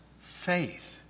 faith